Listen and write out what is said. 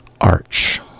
Arch